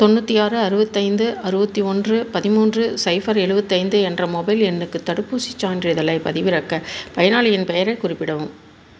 தொண்ணூற்றி ஆறு அறுபத்தைந்து அறுபத்தி ஒன்று பதிமூன்று சைஃபர் எழுவத்தைந்து என்ற மொபைல் எண்ணுக்கு தடுப்பூசிச் சான்றிதழைப் பதிவிறக்க பயனாளியின் பெயரைக் குறிப்பிடவும்